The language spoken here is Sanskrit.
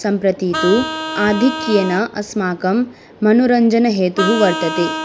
सम्प्रति तु आधिक्येन अस्माकं मनोरञ्जनहेतुः वर्तते